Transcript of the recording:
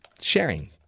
Sharing